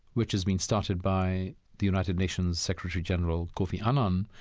which has been started by the united nations secretary-general, kofi annan,